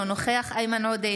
אינו נוכח איימן עודה,